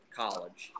college